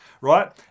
Right